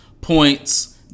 points